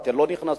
אתן לא נכנסות.